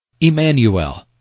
Emmanuel